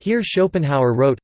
here schopenhauer wrote